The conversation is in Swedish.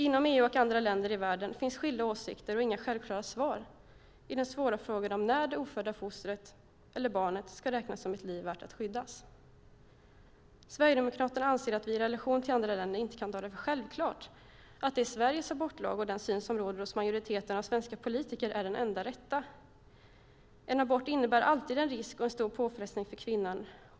Inom EU och i andra länder i världen finns skilda åsikter och inga självklara svar i den svåra frågan när det ofödda fostret eller barnet ska räknas som ett liv värt att skyddas. Sverigedemokraterna anser att vi i relationen till andra länder inte kan ta det för självklart att det är Sveriges abortlag och den syn som råder hos majoriteten svenska politiker som är den enda rätta. En abort innebär alltid en risk och en stor påfrestning för kvinnan.